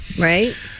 Right